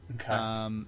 Okay